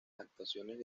actuaciones